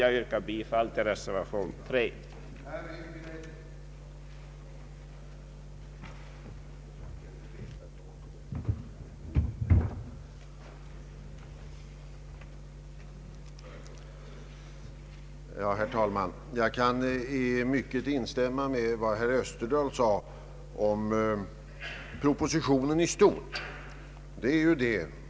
Jag yrkar bifall till reservationen vid punkten C.